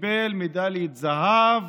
שקיבל מדליית זהב